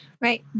Right